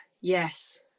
yes